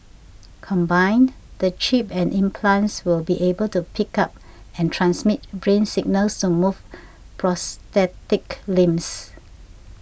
combined the chip and implants will be able to pick up and transmit brain signals to move prosthetic limbs